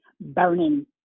burning